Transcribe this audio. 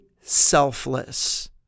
selfless